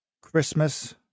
Christmas